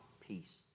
peace